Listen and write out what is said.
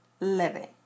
living